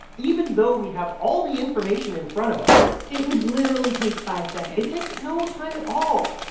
even though we have all the information in front of us. it would literally take five seconds it takes no time at all,